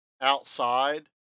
outside